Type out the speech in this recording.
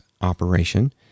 operation